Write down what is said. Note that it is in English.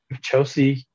Chelsea